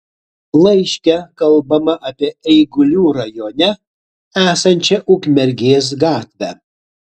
laiške kalbama apie eigulių rajone esančią ukmergės gatvę